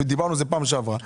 ודיברנו על זה פעם שעברה.